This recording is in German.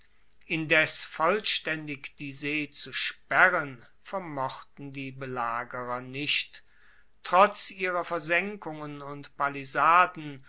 indes vollstaendig die see zu sperren vermochten die belagerer nicht trotz ihrer versenkungen und palisaden